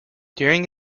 during